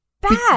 bad